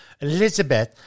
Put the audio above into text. Elizabeth